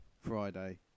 Friday